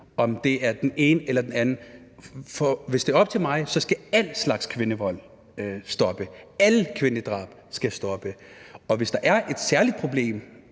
om det er den ene eller den anden, for hvis det er op til mig skal al slags kvindevold stoppe. Alle kvindedrab skal stoppe. Og hvis der er et særligt problem,